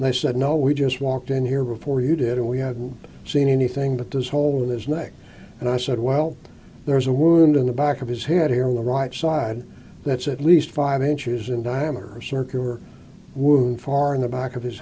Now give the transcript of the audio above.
i said no we just walked in here before you did it we hadn't seen anything but this hole in his neck and i said well there's a wound in the back of his head here the right side that's at least five inches in diameter circular wound far in the back of his